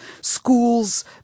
schools